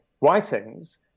writings